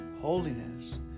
holiness